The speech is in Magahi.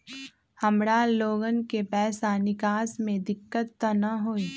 हमार लोगन के पैसा निकास में दिक्कत त न होई?